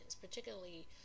particularly